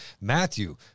Matthew